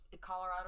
colorado